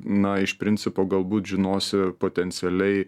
na iš principo galbūt žinosi potencialiai